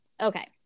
Okay